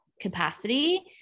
capacity